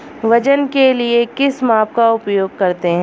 वजन के लिए किस माप का उपयोग करते हैं?